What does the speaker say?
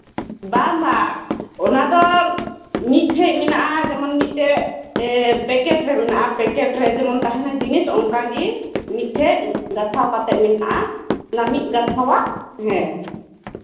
ᱵᱟᱝ ᱵᱟᱝ ᱚᱱᱟᱫᱚ ᱢᱤᱫᱴᱷᱮᱡ ᱢᱮᱱᱟᱜᱼᱟ ᱡᱮᱢᱚᱱ ᱢᱤᱫᱴᱮᱡ ᱯᱮᱠᱮᱴ ᱨᱮ ᱢᱮᱱᱟᱜᱼᱟ ᱯᱮᱠᱮᱴ ᱨᱮ ᱡᱮᱢᱚᱱ ᱛᱟᱦᱮᱱᱟ ᱡᱤᱱᱤᱥ ᱚᱱᱠᱟᱜᱮ ᱢᱤᱫ ᱴᱷᱮᱡ ᱜᱟᱛᱷᱟᱣ ᱠᱟᱛᱮᱜ ᱢᱮᱱᱟᱜᱼᱟ ᱚᱱᱟ ᱢᱤᱫ ᱜᱟᱛᱷᱟᱣᱟᱜ ᱜᱮ